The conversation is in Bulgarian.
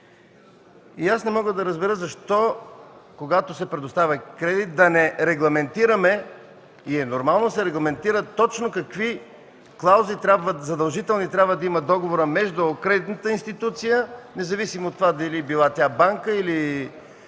Не мога да разбера защо, когато се предоставя кредит, да не регламентираме. Нормално е да се регламентира точно какви задължителни клаузи трябва да има договорът между кредитната институция – независимо от това дали е банка, или